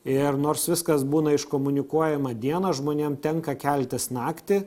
ir nors viskas būna iškomunikuojama dieną žmonėm tenka keltis naktį